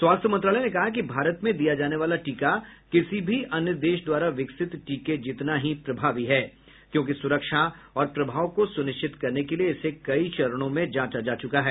स्वास्थ्य मंत्रालय ने कहा कि भारत में दिया जाने वाला टीका किसी भी अन्य देश द्वारा विकसित टीके जितना ही प्रभावी है क्योंकि सुरक्षा और प्रभाव को सुनिश्चित करने के लिए इसे कई चरणों में जांचा जा चुका है